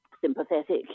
sympathetic